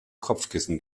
kopfkissen